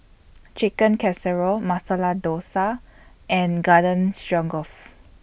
Chicken Casserole Masala Dosa and Garden Stroganoff